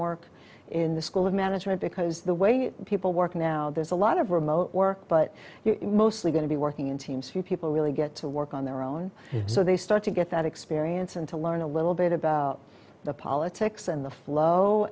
work in the school of management because the way people work now there's a lot of remote work but mostly going to be working in teams who people really get to work on their own so they start to get that experience and to learn a little bit about the politics and the flow